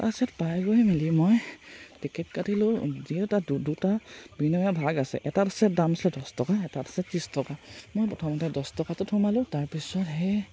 তাৰপাছত পাই গৈ মেলি মই টিকেট কাটিলোঁ যিহেতু তাত দু দুটা ভিন্ন ভিন্ন ভাগ আছে এটাত আছে দাম আছিলে দছ টকা এটাত আছে ত্ৰিছ টকা মই প্ৰথমতে দছ টকাটোত সোমালোঁ তাৰপিছত সেই